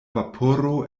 vaporo